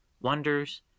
wonders